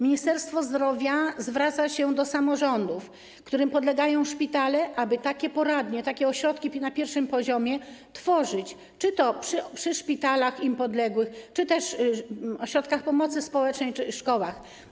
Ministerstwo Zdrowia zwraca się do samorządów, którym podlegają szpitale, aby takie poradnie, takie ośrodki na pierwszym poziomie tworzyć czy to przy szpitalach im podległych, czy to przy ośrodkach pomocy społecznej czy szkołach.